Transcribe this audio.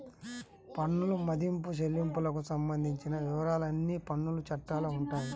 పన్నుల మదింపు, చెల్లింపులకు సంబంధించిన వివరాలన్నీ పన్నుల చట్టాల్లో ఉంటాయి